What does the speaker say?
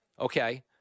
Okay